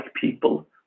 people